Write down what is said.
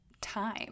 time